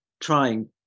trying